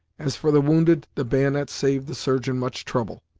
as for the wounded, the bayonet saved the surgeon much trouble.